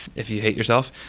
if you hate yourself.